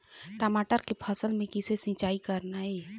टमाटर के फसल म किसे सिचाई करना ये?